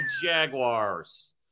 Jaguars